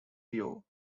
drew